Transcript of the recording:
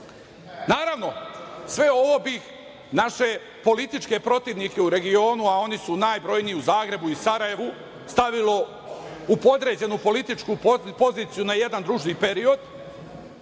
politike. Naravno, sve ovo bi naše političke protivnike u regionu, a oni su najbrojniji u Zagrebu i Sarajevu, stavilo u podređenu političku poziciju na jedna duži period,